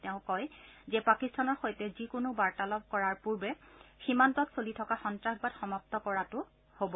তেওঁ কয় যে পাকিস্তানৰ সৈতে যিকোনো বাৰ্তালাপ কৰাৰ পূৰ্বে সীমান্তত চলি থকা সন্নাসবাদ সমাপ্ত কৰাটো হ'ব